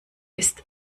ist